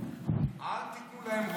אל תיתנו להם רובים,